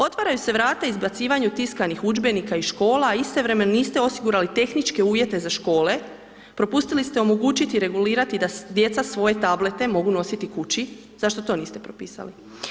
Otvaraju se vrata izbacivanju tiskanih udžbenika iz škola, istovremeno niste osigurali tehničke uvjete za škole, propustile ste omogućiti i regulirati da djeca svoje tablete mogu nositi kući, zašto to niste propisali?